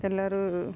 ಎಲ್ಲರೂ